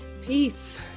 peace